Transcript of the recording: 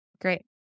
Great